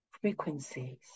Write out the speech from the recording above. frequencies